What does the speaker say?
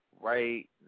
right